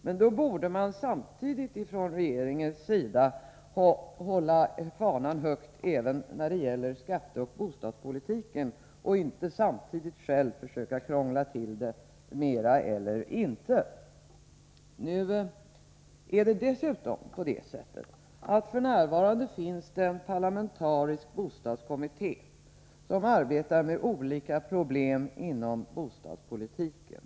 Men samtidigt borde regeringen hålla fanan högt även när det gäller skatteoch bostadspolitiken och inte själv försöka krångla till skattesystemet mer eller mindre. F.n. finns dessutom en parlamentarisk bostadskommitté som arbetar med olika problem inom bostadspolitiken.